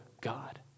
God